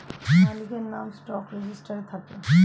মালিকের নাম স্টক রেজিস্টারে থাকে